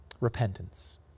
Repentance